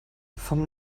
vom